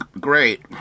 great